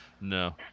No